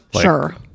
Sure